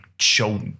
show